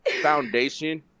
foundation